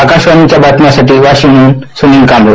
आकाशवाणीच्या बातम्यांसाठी वाशिमहून सुनील कांबळे